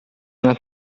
una